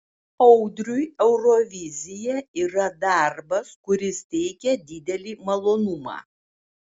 audriui eurovizija yra darbas kuris teikia didelį malonumą